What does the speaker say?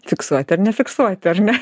fiksuoti ar nefiksuoti ar ne